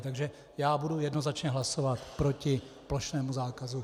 Takže já budu jednoznačně hlasovat proti plošnému zákazu.